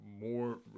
more